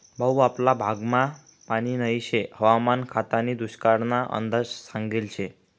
भाऊ आपला भागमा पानी नही शे हवामान खातानी दुष्काळना अंदाज सांगेल शे